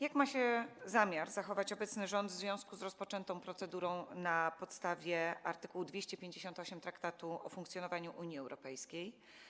Jak ma się zamiar zachować obecny rząd w związku z rozpoczętą procedurą na podstawie art. 258 Traktatu o funkcjonowaniu Unii Europejskiej?